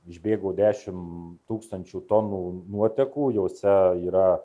išbėgo dešimt tūkstančių tonų nuotekų jose yra